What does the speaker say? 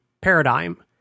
paradigm